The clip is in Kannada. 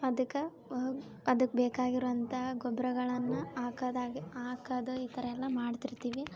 ಅದಕ್ಕೆ ಅದಕ್ಕೆ ಬೇಕಾಗಿರುವಂಥಾ ಗೊಬ್ಬರಗಳನ್ನ ಹಾಕದಾಗಿ ಹಾಕದು ಈ ಥರ ಎಲ್ಲಾ ಮಾಡ್ತಿರ್ತೀವಿ